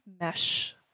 mesh